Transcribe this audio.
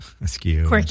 askew